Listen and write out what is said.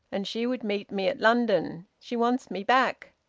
and she would meet me at london. she wants me back.